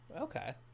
Okay